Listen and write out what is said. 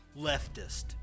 Leftist